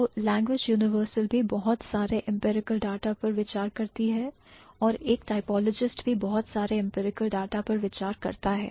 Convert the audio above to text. तो language universal भी बहुत सारे empirical data पर विचार करती है और एक typologist भी बहुत सारे empirical data पर विचार करता है